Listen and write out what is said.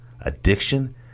addiction